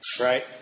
right